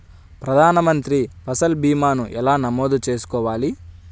ప్రధాన మంత్రి పసల్ భీమాను ఎలా నమోదు చేసుకోవాలి?